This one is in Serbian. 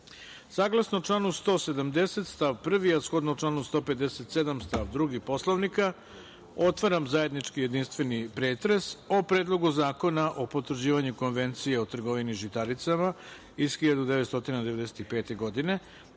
članu 170. stav 1, a shodno članu 157. stav 2. Poslovnika otvaram zajednički jedinstveni pretres o Predlogu zakona o potvrđivanju Konvencije o trgovini žitaricama iz 1995. godine